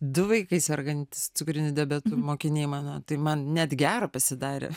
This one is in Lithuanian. du vaikai sergantys cukriniu diabetu mokiniai mano tai man net gera pasidarė